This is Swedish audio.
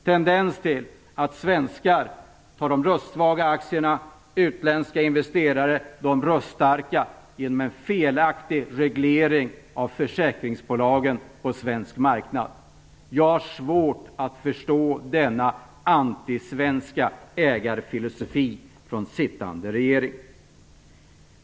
Genom en felaktig reglering av försäkringsbolagen på svensk marknad finns en tendens till att svenskar tar de röstsvaga aktierna, utländska investerare de röststarka. Jag har svårt att förstå denna antisvenska ägarfilosofi från sittande regering.